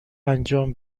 انجام